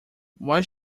why